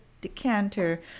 decanter